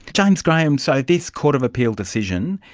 james graham, so this court of appeal decision,